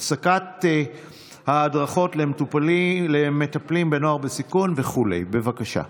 משה אבוטבול (ש"ס): יעקב אשר